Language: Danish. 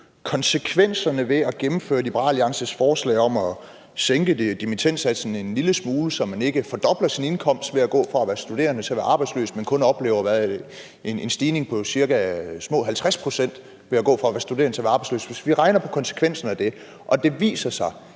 konsekvenserne ved at gennemføre Liberal Alliances forslag om at sænke dimittendsatsen en lille smule, så man ikke fordobler sin indkomst ved at gå fra at være studerende til at være arbejdsløs, men kun oplever en stigning på små 50 pct. ved at gå fra at være studerende til at være arbejdsløs – altså at vi regner på konsekvenserne af det, og det viser sig,